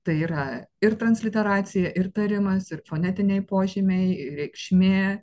tai yra ir transliteracija ir tarimas ir fonetiniai požymiai reikšmė